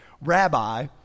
Rabbi